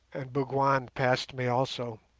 and bougwan passed me also.